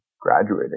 graduating